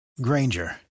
Granger